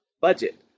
budget